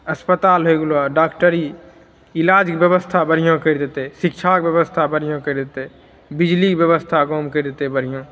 अस्पताल होइ गेलहुँ डॉक्टरी इलाजके बेबस्था बढ़िआँ करि देतै शिक्षाके बेबस्था बढ़िआँ करि देतै बिजलीके बेबस्था गाँवमे करि देतै बढ़िआँ